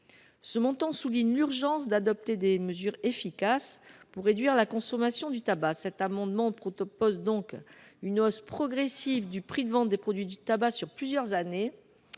Ce montant est révélateur de l’urgence d’adopter des mesures efficaces pour réduire la consommation de tabac. Cet amendement vise donc à instaurer une hausse progressive du prix de vente des produits du tabac sur plusieurs années,